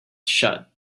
shut